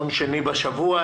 יום שני בשבוע,